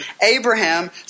Abraham